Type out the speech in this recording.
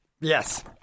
yes